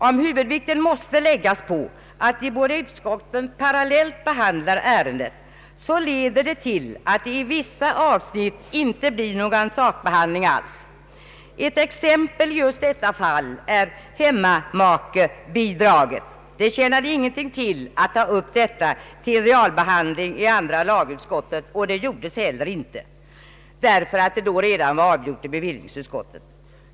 Om huvudvikten måste läggas på att de båda utskotten parallellt behandlar ärendet, leder detta till att det i vissa avsnitt inte blir någon sakbehandling alls. Ett exempel just i detta fall är frågan om hemmamakebidraget. Det tjänade ingenting till att ta upp detta till realbehandling i andra lagutskottet, och det gjordes inte heller därför att ärendet då redan var avgjort i bevillningsutskottet.